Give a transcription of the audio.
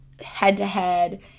head-to-head